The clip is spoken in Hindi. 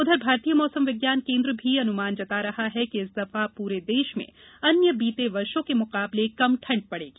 उधर भारतीय मौसम विज्ञान केन्द्र भी अनुमान जताया है कि इस दफा पूरे देश में अन्य बीते वर्षो के मुकाबले कम ठंड पडेगी